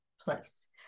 place